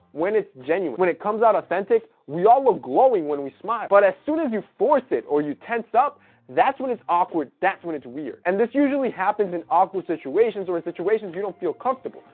when it's genuine. when it comes out authentic we all look glowing when we smile but as soon as you force it or you tense up that's when it's awkward that's when it's weird. and this usually happens in awkward situations or in situations you don't feel comfortable.